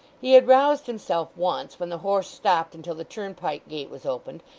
he had roused himself once, when the horse stopped until the turnpike gate was opened,